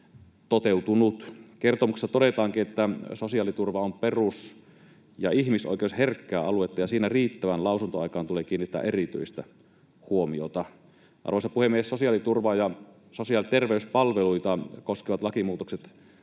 Kertomuksessa todetaankin, että sosiaaliturva on perus- ja ihmisoikeusherkkää aluetta ja siinä riittävään lausuntoaikaan tulee kiinnittää erityistä huomiota. Arvoisa puhemies! Sosiaaliturvaa ja sosiaali- ja terveyspalveluita koskevat lakimuutokset